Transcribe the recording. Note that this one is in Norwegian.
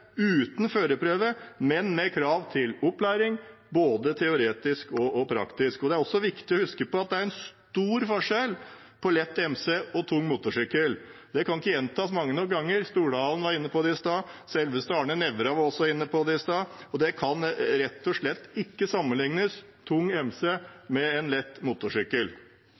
uten førerprøve, men med krav til opplæring, både teoretisk og praktisk. Det er også viktig å huske på at det er en stor forskjell mellom lett MC og tung motorsykkel. Det kan ikke gjentas mange nok ganger. Stordalen var inne på det i stad, og selveste Arne Nævra var også inne på det i stad. Det kan rett og slett ikke sammenlignes, tung MC og lett motorsykkel.